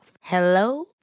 Hello